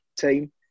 team